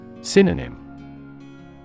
Synonym